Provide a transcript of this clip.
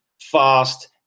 fast